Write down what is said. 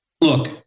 Look